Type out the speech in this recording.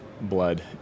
blood